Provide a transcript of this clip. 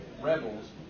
rebels